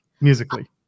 musically